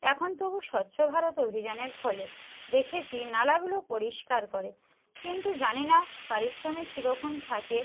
এখন তবু স্বচ্ছ ভারত অভিযানের ফলে দেখেছি নালাগুলোও পরিষ্কার করে কিন্তু জানি না পারিশ্রমিক কীরকম থাকে